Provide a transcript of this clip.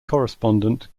correspondent